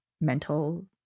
mental